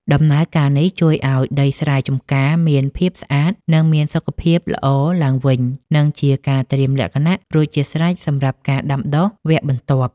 ដំណើរការនេះជួយឱ្យដីស្រែចម្ការមានភាពស្អាត និងមានសុខភាពល្អឡើងវិញ និងជាការត្រៀមលក្ខណៈរួចជាស្រេចសម្រាប់ការដាំដុះវគ្គបន្ទាប់។